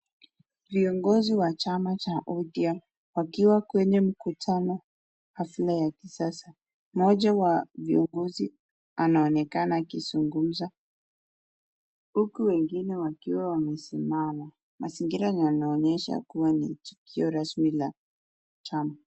Viongozi wa chama cha ODM, wakiwa kwenye mkutano haizna ya kisasa. Moja wa viongozi anaonekana akizungumza, huku wengine wakiwa wamesimama. Mazingira yanaonyesha kuwa ni tukio rasmi la chama